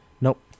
Nope